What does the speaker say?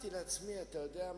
ברגע שאתה צריך